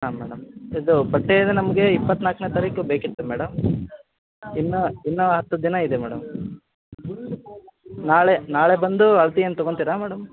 ಹಾಂ ಮೇಡಮ್ ಇದು ಬಟ್ಟೇದು ನಮಗೆ ಇಪ್ಪತ್ತ ನಾಲ್ಕ್ನೇ ತಾರೀಕು ಬೇಕಿತ್ತು ಮೇಡಮ್ ಇನ್ನೂ ಇನ್ನೂ ಹತ್ತು ದಿನ ಇದೆ ಮೇಡಮ್ ನಾಳೆ ನಾಳೆ ಬಂದು ಅಳ್ತೆ ಏನು ತಗೊಳ್ತೀರಾ ಮೇಡಮ್